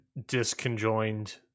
disconjoined